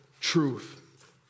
truth